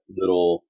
little